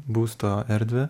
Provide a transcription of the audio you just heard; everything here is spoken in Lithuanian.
būsto erdvę